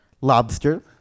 lobster